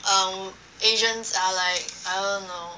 um asians are like I don't know